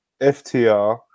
FTR